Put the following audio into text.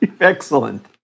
Excellent